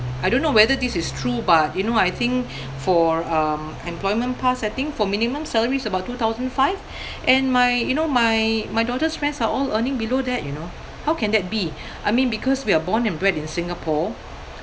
I don't know whether this is true but you know I think for um employment pass I think for minimum salary is about two thousand five and my you know my my daughter's friends are all earning below that you know how can that be I mean because we are born and bred in Singapore